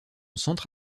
centre